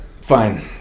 fine